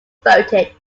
voted